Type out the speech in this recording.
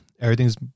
everything's